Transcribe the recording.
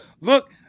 Look